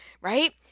right